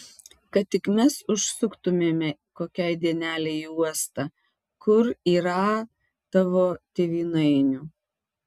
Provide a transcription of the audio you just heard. kad tik mes užsuktumėme kokiai dienelei į uostą kur yrą tavo tėvynainių